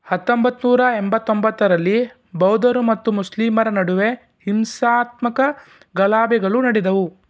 ಹತ್ತೊಂಬತ್ತ ನೂರ ಎಂಬತ್ತೊಂಬತ್ತರಲ್ಲಿ ಬೌದ್ಧರು ಮತ್ತು ಮುಸ್ಲಿಮರ ನಡುವೆ ಹಿಂಸಾತ್ಮಕ ಗಲಭೆಗಳು ನಡೆದವು